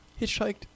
hitchhiked